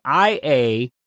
IA